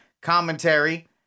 commentary